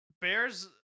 Bears